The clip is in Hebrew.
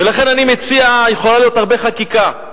ולכן אני מציע, יכולה להיות חקיקה רבה,